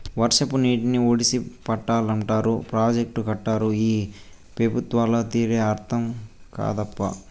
వర్షపు నీటిని ఒడిసి పట్టాలంటారు ప్రాజెక్టులు కట్టరు ఈ పెబుత్వాల తీరే అర్థం కాదప్పా